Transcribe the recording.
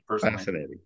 Fascinating